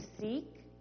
seek